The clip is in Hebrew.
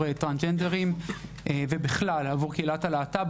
טרנסג'נדרים ובכלל עבור קהילת הלהט"ב,